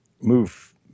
move